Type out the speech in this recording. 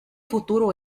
futuro